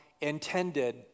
intended